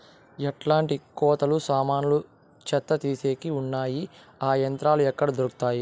ఎట్లాంటి కోతలు సామాన్లు చెత్త తీసేకి వున్నాయి? ఆ యంత్రాలు ఎక్కడ దొరుకుతాయి?